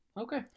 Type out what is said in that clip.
okay